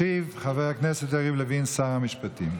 ישיב חבר הכנסת יריב לוין, שר המשפטים.